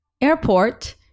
airport